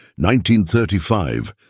1935